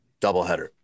doubleheader